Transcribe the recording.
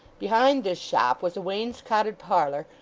behind this shop was a wainscoted parlour,